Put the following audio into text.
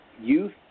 youth